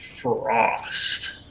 Frost